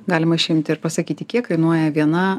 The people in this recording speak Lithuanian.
galima išimti ir pasakyti kiek kainuoja viena